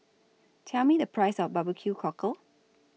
Tell Me The Price of Barbeque Cockle